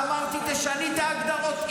אמרתי: תשני את ההגדרות.